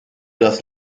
das